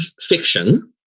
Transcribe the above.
fiction